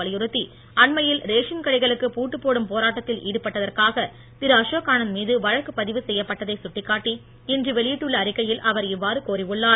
வலியுறுத்தி அண்மையில் ரேஷன் கடைகளுக்கு பூட்டு போடும் போராட்டத்தில் ஈடுபட்டதற்காக திரு அசோக் ஆனந்த் மீது வழக்கு பதிவு செய்யப்பட்டதை கட்டிக்காட்டி இன்று வெளியிட்டுள்ள அறிக்கையில் அவர் இவ்வாறு கோரி உள்ளார்